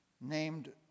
named